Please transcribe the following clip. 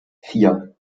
vier